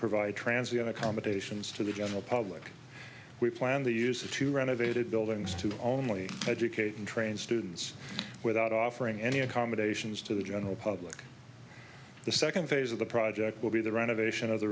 provide transit accommodations to the general public we plan to use the two renovated buildings to only educate and train students without offering any accommodations to the general public the second phase of the project will be the renovation of the